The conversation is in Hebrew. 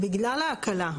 בגלל ההקלה.